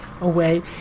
away